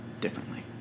Differently